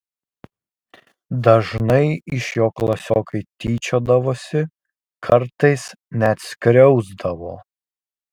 dažnai iš jo klasiokai tyčiodavosi kartais net skriausdavo